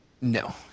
No